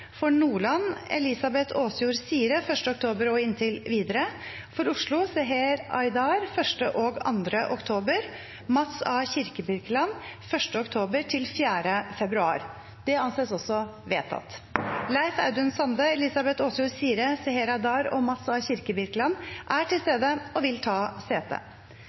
For Nordland: Elizabeth Åsjord Sire 1. oktober og inntil videre For Oslo: Seher Aydar 1. og 2. oktober og Mats A. Kirkebirkeland 1. oktober–4. februar Leif Audun Sande, Elizabeth Åsjord Sire, Saher Aydar og Mats A. Kirkebirkeland er til stede og vil ta sete.